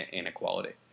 inequality